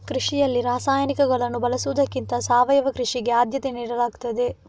ಕೃಷಿಯಲ್ಲಿ ರಾಸಾಯನಿಕಗಳನ್ನು ಬಳಸುವುದಕ್ಕಿಂತ ಸಾವಯವ ಕೃಷಿಗೆ ಆದ್ಯತೆ ನೀಡಲಾಗ್ತದೆ